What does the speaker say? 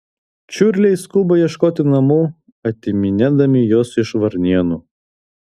čiurliai skuba ieškoti namų atiminėdami juos iš varnėnų